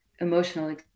emotional